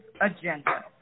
agenda